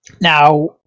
Now